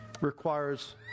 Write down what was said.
requires